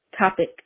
topic